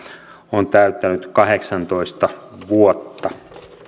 on täyttänyt kahdeksantoista vuotta